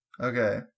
Okay